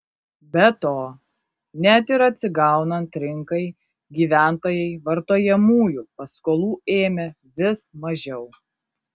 be to net ir atsigaunant rinkai gyventojai vartojamųjų paskolų ėmė vis mažiau